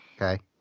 okay